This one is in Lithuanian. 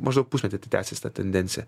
maždaug pusmetį tai tęsis ta tendencija